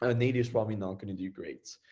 ah native is probably not gonna do great.